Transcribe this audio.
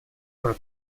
pro